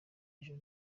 ejo